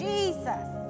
Jesus